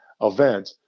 event